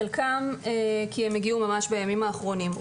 וחלקם כי הם הגיעו ממש בימים האחרונים.